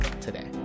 today